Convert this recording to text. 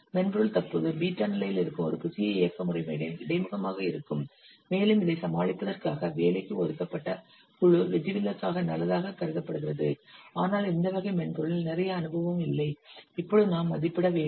மென்பொருள் தற்போது பீட்டா நிலையில் இருக்கும் ஒரு புதிய இயக்க முறைமையுடன் இடைமுகமாக இருக்கும் மேலும் இதைச் சமாளிப்பதற்காக வேலைக்கு ஒதுக்கப்பட்ட குழு விதிவிலக்காக நல்லதாகக் கருதப்படுகிறது ஆனால் இந்த வகை மென்பொருளில் நிறைய அனுபவம் இல்லை இப்பொழுது நாம் மதிப்பிட வேண்டும்